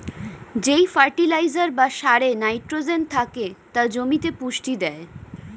যেই ফার্টিলাইজার বা সারে নাইট্রোজেন থেকে তা জমিতে পুষ্টি দেয়